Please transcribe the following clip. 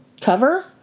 cover